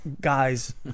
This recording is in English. guys